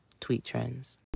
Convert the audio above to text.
TweetTrends